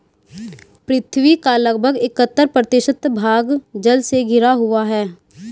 पृथ्वी का लगभग इकहत्तर प्रतिशत भाग जल से घिरा हुआ है